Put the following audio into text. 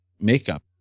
makeup